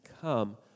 come